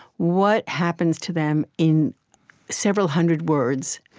what happens to them in several hundred words